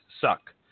suck